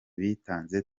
bitanze